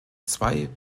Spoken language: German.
zwei